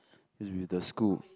is with the school